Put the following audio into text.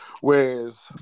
Whereas